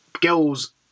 Girls